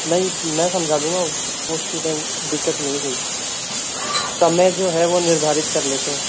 नहीं मैं समझा दूँगा उसकी दिक्कत नहीं है कोई समय जो है वो निर्धारित कर लेते है